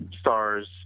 stars